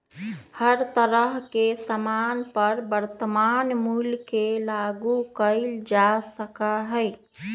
हर तरह के सामान पर वर्तमान मूल्य के लागू कइल जा सका हई